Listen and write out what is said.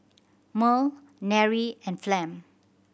Merl Nery and Flem